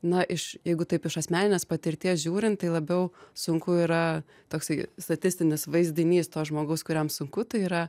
na iš jeigu taip iš asmeninės patirties žiūrint tai labiau sunku yra toksai statistinis vaizdinys to žmogaus kuriam sunku tai yra